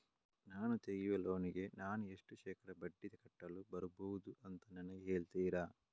ನಾನು ತೆಗಿಯುವ ಲೋನಿಗೆ ನಾನು ಎಷ್ಟು ಶೇಕಡಾ ಬಡ್ಡಿ ಕಟ್ಟಲು ಬರ್ಬಹುದು ಅಂತ ನನಗೆ ಹೇಳ್ತೀರಾ?